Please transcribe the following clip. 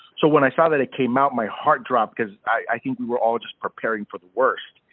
so when i saw that it came out, my heart dropped cause i think we were all just preparing for the worst.